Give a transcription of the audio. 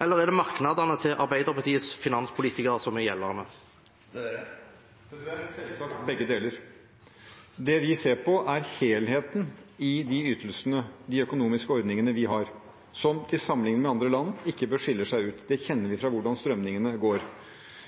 eller er det merknadene til Arbeiderpartiets finanspolitikere som er gjeldende? Det er selvsagt begge deler. Det vi ser på, er helheten i de ytelsene, de økonomiske ordningene, vi har, som når vi sammenligner med andre land, ikke bør skille seg ut. Det kjenner vi fra hvordan strømningene går.